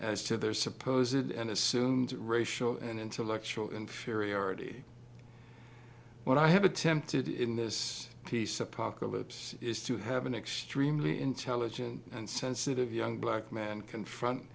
as to their supposedly and assumed racial and intellectual inferiority when i have attempted in this piece apocalypse is to have an extremely intelligent and sensitive young black man confront